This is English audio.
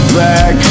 back